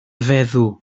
feddw